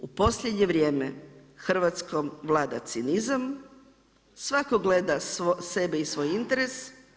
U posljednje vrijeme Hrvatskom vlada cinizam, svatko gleda sebe i svoj interes.